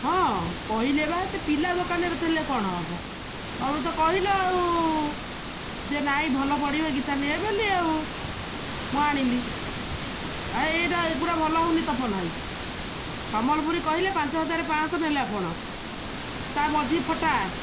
ହଁ କହିଲେ ବା ସେ ପିଲା ଦୋକାନରେ ଥିଲେ କ'ଣ ହେବ ତମେ ତ କହିଲ ଆଉ ଯେ ନାଇଁ ଭଲ ପଡ଼ିବେ ଗୀତା ନେ ବୋଲି ଆଉ ମୁଁ ଆଣିଲି ଆ ଏଇଟା ଏଗୁଡ଼ା ଭଲ ହେଉନି ତପନ ଭାଇ ସମ୍ବଲପୁରୀ କହିଲେ ପାଞ୍ଚ ହଜାର ପାଞ୍ଚ ଶହ ନେଲେ ଆପଣ ତା ମଝି ଫଟା